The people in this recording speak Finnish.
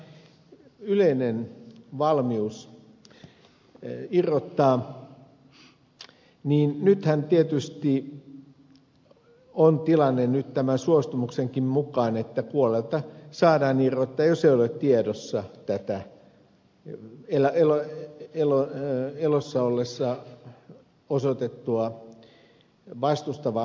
sitten liittyen tähän yleiseen valmiuteen irrottaa niin nythän tietysti on tilanne tämän suostumuksenkin mukaan että kuolleelta saadaan irrottaa jos ei ole tiedossa tätä elossa ollessa osoitettua vastustavaa mielipidettä